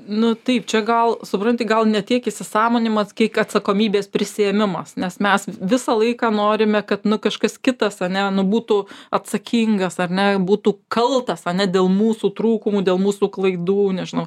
nu taip čia gal supranti gal ne tiek įsisąmoninimas kiek atsakomybės prisiėmimas nes mes visą laiką norime kad nu kažkas kitas ane nu būtų atsakingas ar ne būtų kaltas ane dėl mūsų trūkumų dėl mūsų klaidų nežinau